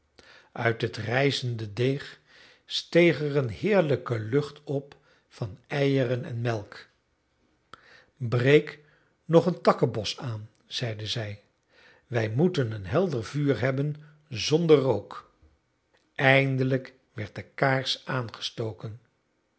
uit het rijzende deeg steeg er eene heerlijke lucht op van eieren en melk breek nog een takkenbos aan zeide zij wij moeten een helder vuur hebben zonder rook eindelijk werd de kaars aangestoken